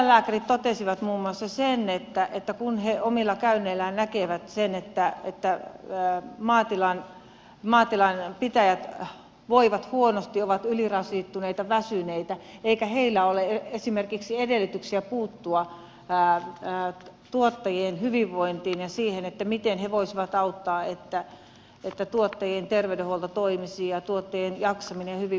eläinlääkärit totesivat muun muassa sen että kun he omilla käynneillään näkevät sen että maatilan pitäjät voivat huonosti ovat ylirasittuneita väsyneitä niin heillä ei ole edellytyksiä puuttua tuottajien hyvinvointiin ja siihen että miten he voisivat auttaa siinä että tuottajien terveydenhuolto toimisi ja tuottajien jaksaminen ja hyvinvointi toimisi